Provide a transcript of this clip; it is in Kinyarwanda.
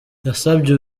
yasabye